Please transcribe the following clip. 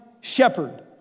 shepherd